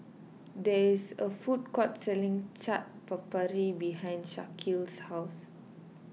there is a food court selling Chaat Papri behind Shaquille's house